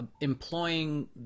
employing